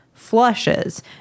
Flushes